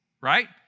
right